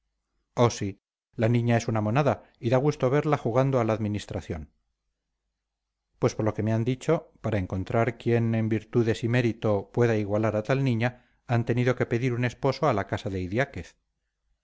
oh sí la niña es una monada y da gusto verla jugando a la administración pues por lo que me han dicho para encontrar quien en virtudes y mérito pueda igualar a tal niña han tenido que pedir un esposo a la casa de